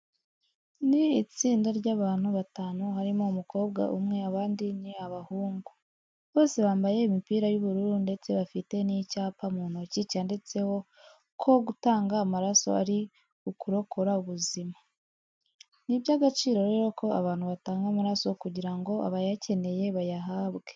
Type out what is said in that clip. Ni itsinda ry'abantu batanu harimo umukobwa umwe, abandi ni abahungu. Bose bambaye imipira y'ubururu ndetse bafite n'icyapa mu ntoki cyanditseho ko gutanga amaraso ari ukurokora ubuzima. Ni iby'agaciro rero ko abantu batanga amaraso kugira ngo abayakeneye bayahabwe.